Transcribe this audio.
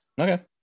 Okay